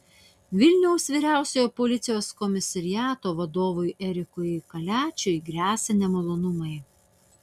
vilniaus vyriausiojo policijos komisariato vadovui erikui kaliačiui gresia nemalonumai